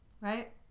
right